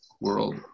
world